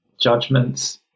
judgments